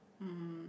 um